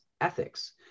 ethics